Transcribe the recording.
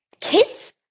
Kids